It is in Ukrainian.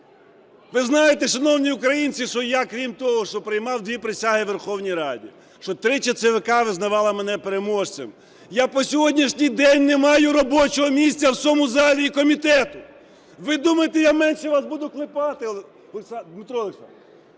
Ви знаєте, шановні українці, що, я крім того, що приймав дві присяги у Верховній Раді, що тричі ЦВК визнавало мене переможцем, я по сьогоднішній день не маю робочого місця в цьому залі і комітету. Ви думаєте, я менше вас буду "клепати",